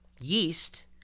yeast